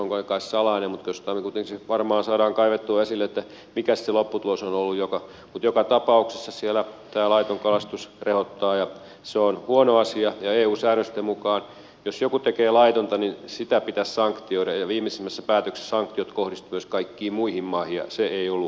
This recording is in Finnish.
se on kai salainen mutta varmaan kuitenkin saadaan kaivettua esille mikä se lopputulos on ollut mutta joka tapauksessa siellä laiton kalastus rehottaa ja se on huono asia ja eu säädösten mukaan jos joku tekee laitonta sitä pitäisi sanktioida ja viimeisimmässä päätöksessä sanktiot kohdistuisivat myös kaikkiin muihin maihin ja se ei ollut oikein